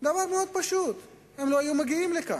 דבר מאוד פשוט: הם לא היו מגיעים לכאן,